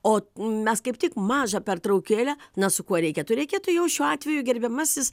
o mes kaip tik mažą pertraukėlę na su kuo reikėtų reikėtų jau šiuo atveju gerbiamasis